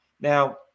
Now